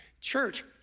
church